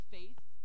faith